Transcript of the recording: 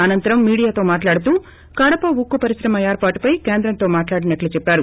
అనంతరం మీడియాతో మాట్లాడుతూ కడప ఉక్కు పరిశ్రమ ఏర్పాటుపై కేంద్రంతో మాట్లాడినట్లు చెప్పారు